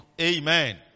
Amen